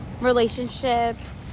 relationships